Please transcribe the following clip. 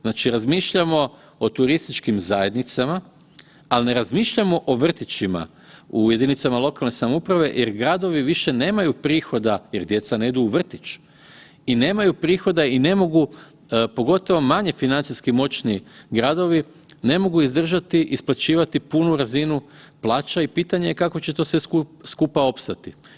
Znači razmišljamo o turističkim zajednicama, a ne razmišljamo o vrtićima u jedinicama lokalne samouprave jer gradovi više nemaju prihoda jer djeca ne idu u vrtić i nemaju prihoda i ne mogu, pogotovo manji financijski moćni gradovi ne mogu izdržati isplaćivati punu razinu plaća i pitanje je kako će to sve skupa opstati.